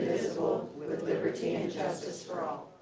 with with liberty and justice for all.